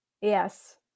Yes